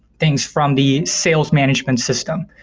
things from the sales management system.